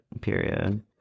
period